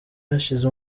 hashize